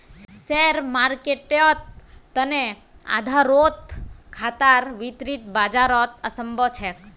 share मार्केटेर तने आधारोत खतरा वित्तीय बाजारत असम्भव छेक